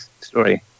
story